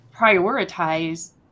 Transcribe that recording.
prioritize